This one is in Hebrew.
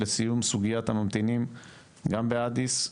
לסיום סוגיית הממתינים גם באדיס,